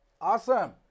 Awesome